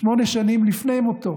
שמונה שנים לפני מותו